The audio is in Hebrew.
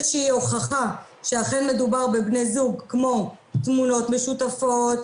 שהיא הוכחה שאכן מדובר בבני זוג כמו תמונות משותפות,